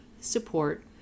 support